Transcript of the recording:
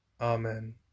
Amen